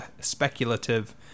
speculative